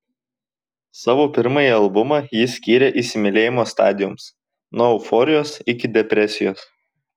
savo pirmąjį albumą ji skyrė įsimylėjimo stadijoms nuo euforijos iki depresijos